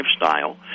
lifestyle